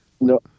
No